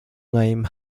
name